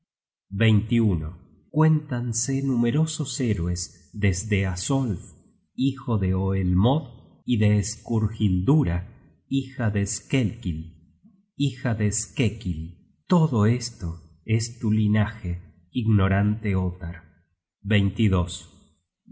cuéntanse numerosos héroes desde asolf hijo de oelmod y de skurhildura hija de skekkil todo esto es tu linaje ignorante ottar